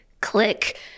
click